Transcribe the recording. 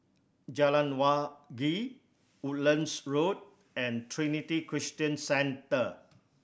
Jalan Wangi Woodlands Road and Trinity Christian Centre